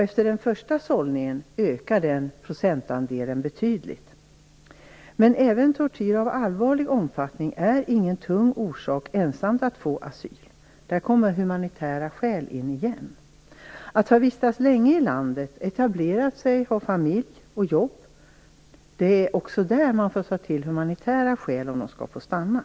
Efter den första sållningen ökar procentandelen betydligt. Men även tortyr av allvarlig omfattning är inte i sig en tung orsak till asyl. Här kommer humanitära skäl in igen. Även om man har vistats länge i landet, etablerat sig, har familj och jobb, måste man ta till humanitära skäl för att få stanna.